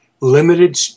limited